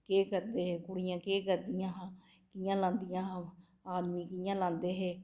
केह् करदे हे कुड़ियां केह् करदियां हियां कि'यां लांदियां हियां ओह् आदमी कि'यां लांदे हे